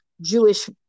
Jewish